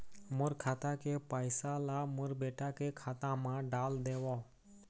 मोर खाता के पैसा ला मोर बेटा के खाता मा डाल देव?